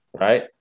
Right